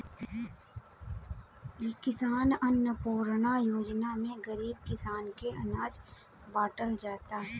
किसान अन्नपूर्णा योजना में गरीब किसान के अनाज बाटल जाता